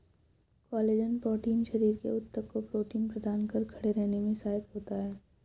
collagen protein शरीर के ऊतक को प्रोटीन प्रदान कर खड़े रहने में सहायक होता है